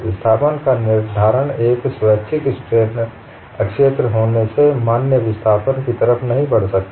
विस्थापन का निर्धारण एक स्वेच्छित स्ट्रेन क्षेत्र से होने से मान्य विस्थापन की तरफ नहीं बढ सकता